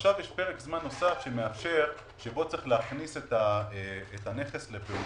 עכשיו יש פרק זמן נוסף שבו צריך להכניס את הנכס לפעולה.